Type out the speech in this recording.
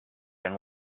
and